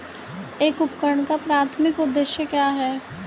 एक उपकरण का प्राथमिक उद्देश्य क्या है?